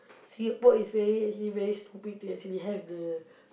Singapore is very is actually very stupid to actually have the